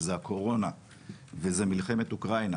שזה הקורונה וזה מלחמת אוקראינה